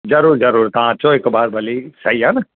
ज़रूर ज़रूर तव्हां अचो हिकु बार भली सही आहे न